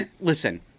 listen